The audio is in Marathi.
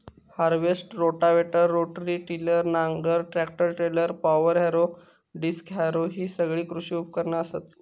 हार्वेस्टर, रोटावेटर, रोटरी टिलर, नांगर, tractor trailer, power harrow, disc harrow हि सगळी कृषी उपकरणा असत